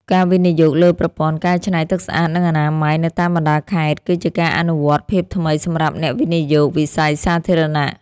ការវិនិយោគលើប្រព័ន្ធកែច្នៃទឹកស្អាត និងអនាម័យនៅតាមបណ្តាខេត្តគឺជាការអនុវត្តភាពថ្មីសម្រាប់អ្នកវិនិយោគវិស័យសាធារណៈ។